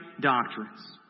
doctrines